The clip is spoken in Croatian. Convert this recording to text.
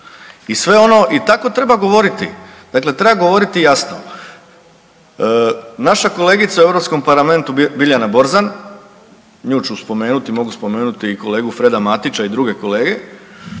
I sve ono i tako treba govoriti. Dakle, treba govoriti jasno. Naša kolegica u Europskom parlamentu Biljana Borzan, nju ću spomenuti mogu spomenuti i kolegu Freda Matića i druge kolege,